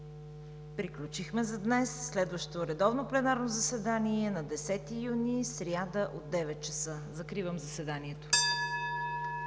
Приключихме за днес. Следващото редовно пленарно заседание е на 10 юни 2020 г., сряда, от 9,00 ч. Закривам заседанието.